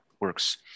works